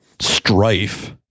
strife